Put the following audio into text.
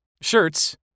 shirts